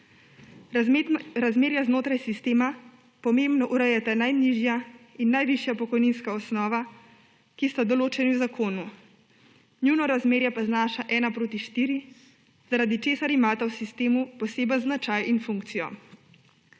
Razmerje znotraj sistema pomembno urejata najnižja in najvišja pokojninska osnova, ki sta določeni v zakonu. Njuno razmerje pa znaša ena proti štiri, zaradi česar imata v sistemu poseben značaj in funkcijo.